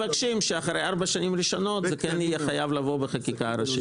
שאחרי 4 שנים ראשונות זה כן יהיה חייב לבוא בחקיקה ראשית.